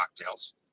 cocktails